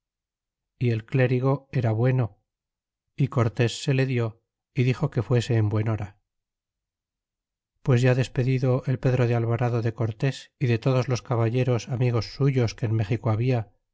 y el clérigo era bueno y cortés se le dió y dixo que fuese en buen hora pues ya despedido el pedro de alvarado de cortés y de todos los caballeros amigos suyos que en méxico habia